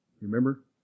Remember